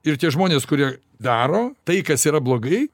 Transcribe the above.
ir tie žmonės kurie daro tai kas yra blogai